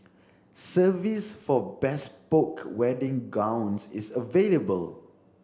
service for bespoke wedding gowns is available